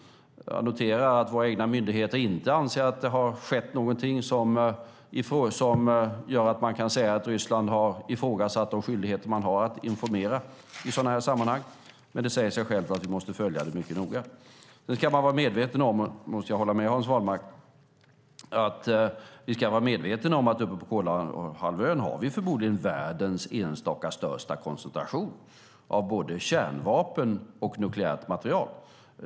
Jag noterar att våra egna myndigheter inte anser att det har skett någonting som gör att man kan säga att Ryssland har ifrågasatt de skyldigheter man har att informera i sådana här sammanhang, men det säger sig självt att vi måste följa det mycket noga. Nu ska vi vara medvetna om, och där måste jag hålla med Hans Wallmark, att vi på Kolahalvön förmodligen har världens enstaka största koncentration av både kärnvapen och nukleärt material.